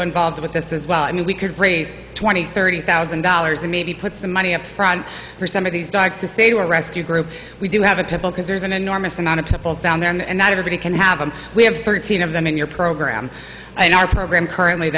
so involved with this as well i mean we could raise twenty thirty thousand dollars and maybe put some money up front for some of these dogs to say to a rescue group we do have a pit bull because there's an enormous amount of pit bulls down there and not everybody can have them we have thirteen of them in your program and our program currently